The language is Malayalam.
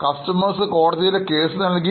ഉപഭോക്താവ് കോടതിയിൽ കേസ് നൽകി